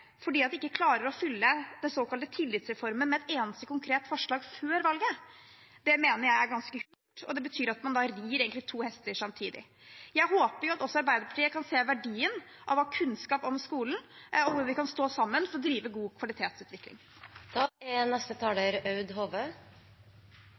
fordi de ikke klarer å fylle den såkalte tillitsreformen med et eneste konkret forslag før valget, mener jeg er ganske hult. Det betyr at man rir to hester samtidig. Jeg håper at også Arbeiderpartiet kan se verdien i å ha kunnskap om skolen, og at vi kan stå sammen for å drive god kvalitetsutvikling.